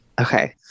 Okay